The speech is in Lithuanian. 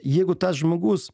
jeigu tas žmogus